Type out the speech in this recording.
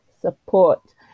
support